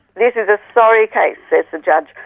this is a sorry case says the judge,